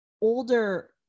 older